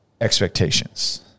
expectations